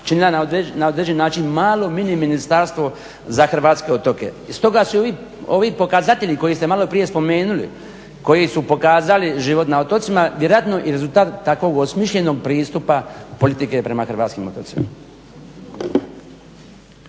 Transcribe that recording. činila na određeni način malo mini ministarstvo za hrvatske otoke. I stoga su i ovi pokazatelji koje te maloprije spomenuli, koji su pokazali život na otocima vjerojatno je rezultat takvog osmišljenog pristupa politike prema hrvatskim otocima.